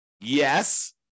Yes